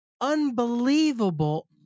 unbelievable